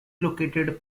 located